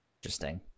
Interesting